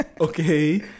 Okay